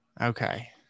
Okay